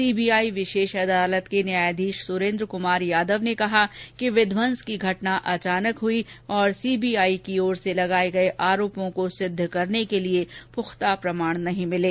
CBI विशेष अदालत के न्यायाधीश सुरेन्द्र कुमार यादव ने कहा कि विध्वंस की घटना अचानक हुई और सीबीआई की ओर से लगाए गए आरोपों को सिद्ध करने के लिए पुख्ता प्रमाण नहीं मिले